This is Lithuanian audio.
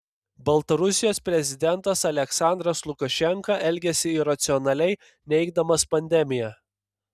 baltarusijos prezidentas aliaksandras lukašenka elgiasi iracionaliai neigdamas pandemiją